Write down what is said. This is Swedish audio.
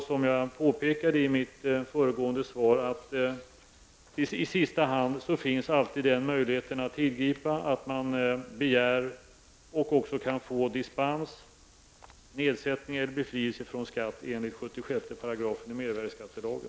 Som jag påpekade i mitt föregående svar finns det alltid i sista hand den möjligheten att man begär, och också kan få, dispens, nedsättning eller befrielse från skatt enligt 76 § mervärdeskattelagen.